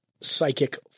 psychic